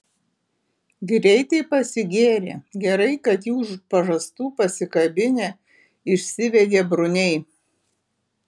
greitai pasigėrė gerai kad jį už pažastų pasikabinę išsivedė bruniai